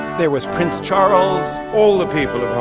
there was prince charles all the people